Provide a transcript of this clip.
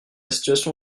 situation